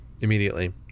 Immediately